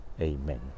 Amen